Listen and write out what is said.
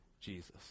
Jesus